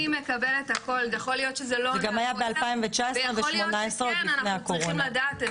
זה גם היה בשנת 2019 ובשנת 2018 לפני הקורונה.